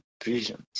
prisons